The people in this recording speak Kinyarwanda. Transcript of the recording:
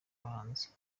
bahanzi